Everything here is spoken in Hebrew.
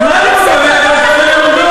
מה זה "מקום אחר"?